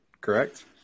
correct